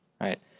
Right